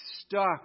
stuck